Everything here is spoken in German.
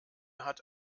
hat